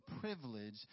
privilege